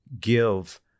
give